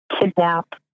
kidnap